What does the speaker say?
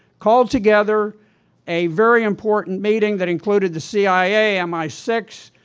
called together a very important meeting that included the cia, m i six,